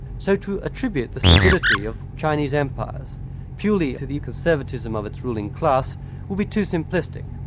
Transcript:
so to attribute the stability of chinese empires purely to the conservatism of its ruling class would be too simplistic.